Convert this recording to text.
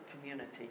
community